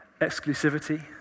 exclusivity